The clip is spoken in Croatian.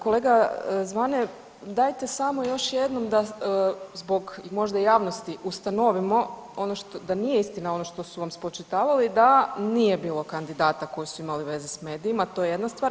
Kolega Zvane dajte samo još jednom da, zbog možda javnosti ustanovimo ono što, da nije istina ono što su vam spočitavali da nije bilo kandidata koji su imali veze s medijima, to je jedna stvar.